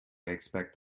expect